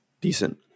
Decent